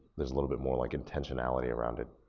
there's a little bit more like intentionality around it.